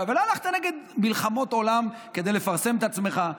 לא הלכת למלחמות עולם כדי לפרסם את עצמך.